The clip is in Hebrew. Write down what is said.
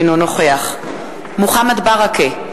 אינו נוכח מוחמד ברכה,